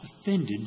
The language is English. offended